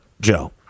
Joe